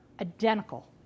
identical